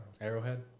Arrowhead